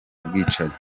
ubwicanyi